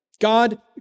God